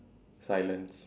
silence